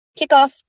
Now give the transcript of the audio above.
kickoff